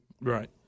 Right